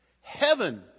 Heaven